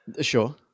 sure